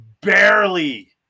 barely